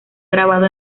grabado